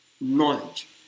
knowledge